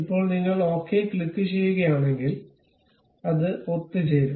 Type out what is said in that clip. ഇപ്പോൾ നിങ്ങൾ ഓക്കേ ക്ലിക്കുചെയ്യുകയാണെങ്കിൽ അത് ഒത്തുചേരും